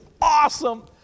awesome